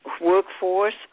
workforce